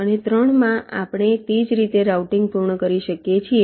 અને 3 માં આપણે તે જ રીતે રાઉટીંગ પૂર્ણ કરી શકીએ છીએ